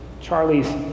Charlie's